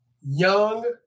Young